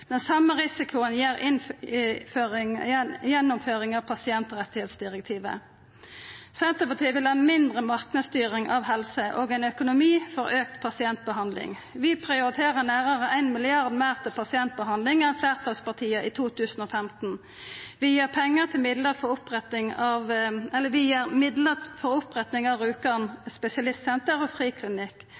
Den same risikoen gir gjennomføring av pasientrettsdirektivet. Senterpartiet vil ha mindre marknadsstyring av helse og ein økonomi for auka pasientbehandling. Vi prioriterer nærare 1 mrd. kr meir til pasientbehandling enn fleirtalspartia i 2015. Vi gir midlar for oppretting av Rjukan spesialistsenter og